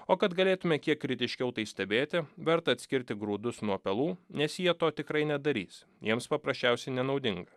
o kad galėtume kiek kritiškiau tai stebėti verta atskirti grūdus nuo pelų nes jie to tikrai nedarys jiems paprasčiausiai nenaudinga